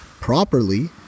properly